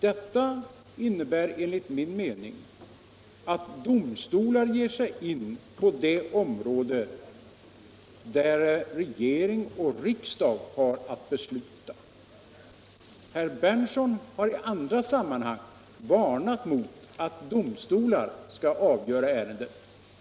Det innebär, enligt min mening, att domstolar ger sig in på det område där regering och riksdag har att besluta. Herr Berndtson har i andra sammanhang varnat för att domstolar skall få avgöra ärenden.